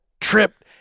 tripped